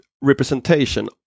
representation